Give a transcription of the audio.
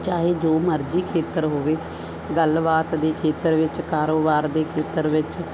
ਚਾਹੇ ਜੋ ਮਰਜ਼ੀ ਖੇਤਰ ਹੋਵੇ ਗੱਲਬਾਤ ਦੇ ਖੇਤਰ ਵਿੱਚ ਕਾਰੋਬਾਰ ਦੇ ਖੇਤਰ ਵਿੱਚ